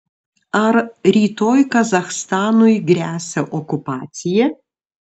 ar rytoj kazachstanui gresia okupacija